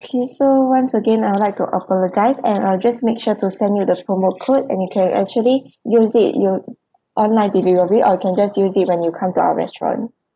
okay so once again I would like to apologise and I'll just make sure to send you the promo code and you can actually use it you online delivery or you can just use it when you come to our restaurant